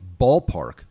ballpark